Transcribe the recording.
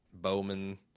bowman